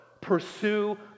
pursue